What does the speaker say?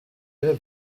der